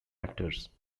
actors